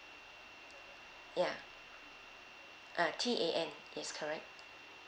yeah uh T A N yes correct